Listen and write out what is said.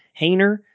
Hayner